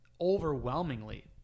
overwhelmingly